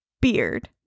beard